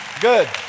Good